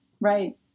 right